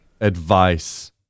advice